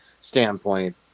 standpoint